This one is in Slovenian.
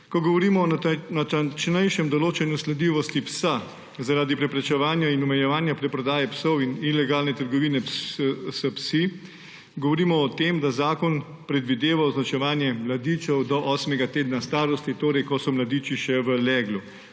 Ko govorimo o natančnejšem določanju sledljivosti psa zaradi preprečevanja in omejevanja preprodaje psov in ilegalne trgovine s psi, govorimo o tem, da zakon predvideva označevanje mladičev do osmega tedna starosti, torej ko so mladiči še v leglu.